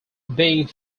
being